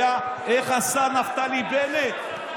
איך עשה נפתלי בנט?